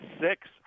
six